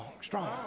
strong